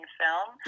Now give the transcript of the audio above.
film